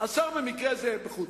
השר במקרה זה בחוץ-לארץ.